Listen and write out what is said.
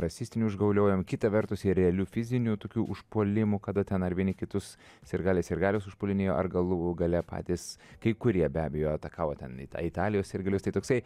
rasistinių užgauliojimų kita vertus jie realių fizinių tokių užpuolimų kada ten ar vieni kitus sirgaliai sirgalius užpuolinėjo ar galų gale patys kai kurie be abejo atakavo ten į italijos sirgalius tai toksai